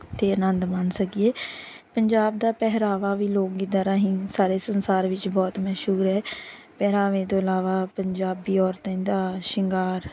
ਅਤੇ ਆਨੰਦ ਮਾਣ ਸਕੀਏ ਪੰਜਾਬ ਦਾ ਪਹਿਰਾਵਾ ਵੀ ਲੋਕ ਗੀਤਾਂ ਰਾਹੀਂ ਸਾਰੇ ਸੰਸਾਰ ਵਿੱਚ ਬਹੁਤ ਮਸ਼ਹੂਰ ਹੈ ਪਹਿਰਾਵੇ ਤੋਂ ਇਲਾਵਾ ਪੰਜਾਬੀ ਔਰਤਾਂ ਦਾ ਸ਼ਿੰਗਾਰ